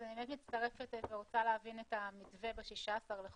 אני באמת מצטרפת ורוצה להבין את המתווה ב-16 לחודש.